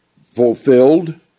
fulfilled